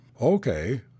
Okay